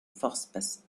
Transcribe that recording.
forces